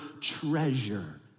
treasure